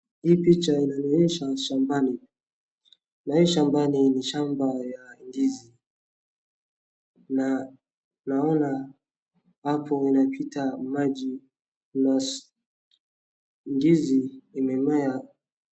Hii picha inanionyesha shambani na hii shambani ni shamba ya ndizi na naona hapo inapita maji na ndizi imemea.